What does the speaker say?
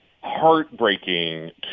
heartbreaking